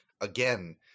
again